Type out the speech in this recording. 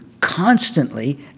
constantly